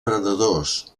predadors